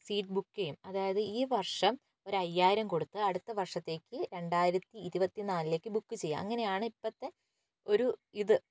seat book ചെയ്യും അതായത് ഈ വർഷം ഒരയ്യായിരം കൊടുത്ത് അടുത്ത വർഷത്തേയ്ക്ക് രണ്ടായിരത്തി ഇരുപത്തി നാലിലേയ്ക്ക് ബുക്ക് ചെയ്യുക അങ്ങനെയാണ് ഇപ്പോഴത്തെ ഒരു ഇത്